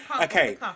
Okay